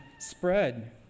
Spread